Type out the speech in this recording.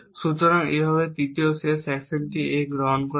সুতরাং এইভাবে তৃতীয় শেষ অ্যাকশনটি A গ্রহণ করা হবে